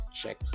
check